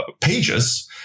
pages